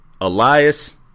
Elias